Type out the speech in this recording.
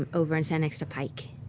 over and stand next to pike.